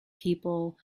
people